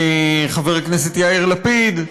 חבר הכנסת יאיר לפיד,